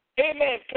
amen